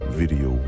video